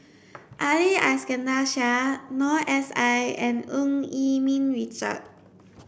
Ali Iskandar Shah Noor S I and Eu Yee Ming Richard